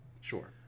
sure